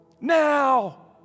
now